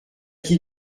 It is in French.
qui